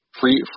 free